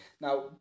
Now